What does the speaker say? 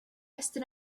estyn